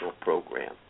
program